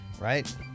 right